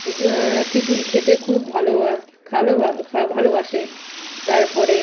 যদি খিচুড়ি খেতে খুব ভালো ভালোবাসে তারপরে